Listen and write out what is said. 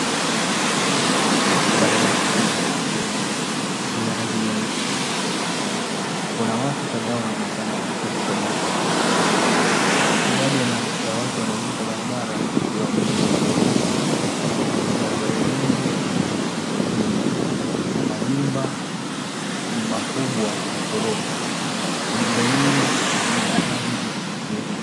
Barabara kuu iliyo ya rangi nyeusi, kuna watu kadhaa wanaoonekana kuvuka barabara. Idadi ya wanaovuka barabara ikiwa watu wanne, kando ya barabara yenyewe ni majumba makubwa na ghorofa ya rangi nyeupe.